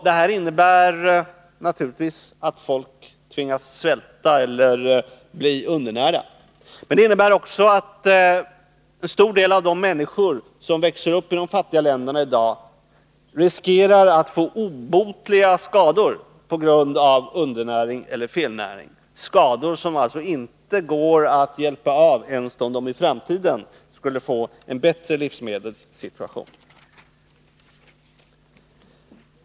Detta innebär naturligtvis att folk tvingas svälta eller bli undernärda, men det innebär också att en stor del av de människor som växer upp i de fattiga länderna i dag riskerar att få obotliga skador på grund av undernäring eller felnäring — skador som inte går att avhjälpa ens om de i framtiden skulle få en bättre livsmedelssituation.